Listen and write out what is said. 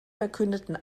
verkündeten